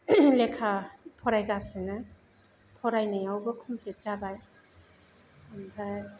लेखा फरायगासिनो फरायनायावबो खमप्लिट जाबाय ओमफ्राय